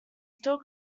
still